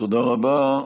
תודה רבה.